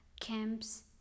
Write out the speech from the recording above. camps